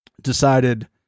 decided